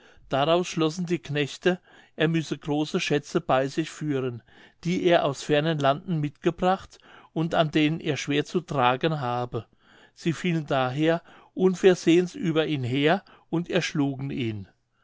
daraus schlossen die knechte er müsse große schätze bei sich führen die er aus fernen landen mitgebracht und an denen er schwer zu tragen habe sie fielen daher unversehens über ihn her und erschlugen ihn